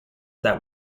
that